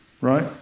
right